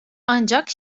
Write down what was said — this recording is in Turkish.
ancak